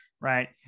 Right